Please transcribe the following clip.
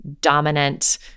dominant